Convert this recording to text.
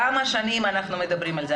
כמה שנים אנחנו מדברים על זה,